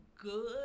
good